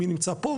מי נמצא פה,